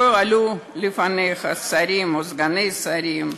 או עלו לפניך שרים או סגני שרים,